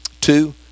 two